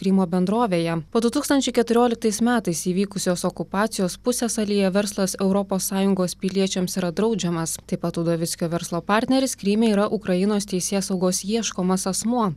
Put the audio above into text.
krymo bendrovėje po du tūkstančiai keturioliktais metais įvykusios okupacijos pusiasalyje verslas europos sąjungos piliečiams yra draudžiamas taip pat udovickio verslo partneris kryme yra ukrainos teisėsaugos ieškomas asmuo